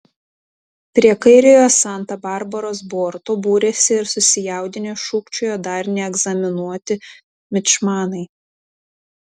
prie kairiojo santa barbaros borto būrėsi ir susijaudinę šūkčiojo dar neegzaminuoti mičmanai